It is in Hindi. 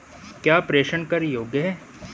क्या प्रेषण कर योग्य हैं?